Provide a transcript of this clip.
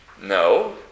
No